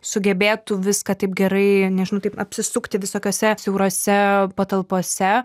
sugebėtų viską taip gerai nežinau taip apsisukti visokiose siaurose patalpose